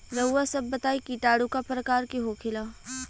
रउआ सभ बताई किटाणु क प्रकार के होखेला?